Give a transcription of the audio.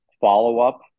follow-up